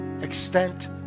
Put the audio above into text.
extent